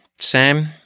Sam